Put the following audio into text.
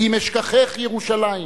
'אם אשכחך ירושלים'."